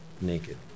naked